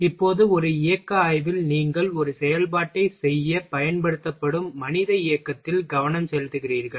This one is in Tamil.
இப்போது ஒரு இயக்க ஆய்வில் நீங்கள் ஒரு செயல்பாட்டைச் செய்யப் பயன்படுத்தப்படும் மனித இயக்கத்தில் கவனம் செலுத்துகிறீர்கள்